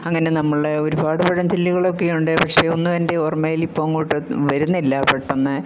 അങ്ങനെ നമ്മളുടെ ഒരുപാട് പഴഞ്ചൊല്ലുകളൊക്കെയുണ്ട് പക്ഷെ ഒന്നും എൻ്റെ ഓർമ്മയിൽ ഇപ്പോൾ അങ്ങോട്ട് വരുന്നില്ല പെട്ടെന്ന്